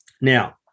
Now